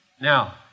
Now